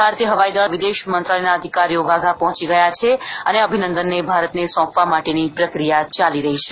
ભારતીય હવાઇદળ તથા વિદેશમંત્રાલયના અધિકારીઓ વાઘા પહોંચી ગયા છે અને અભિનંદનને ભારતને સોંપવા માટેની પ્રક્રિયા ચાલી રહી છે